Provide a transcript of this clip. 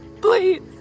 Please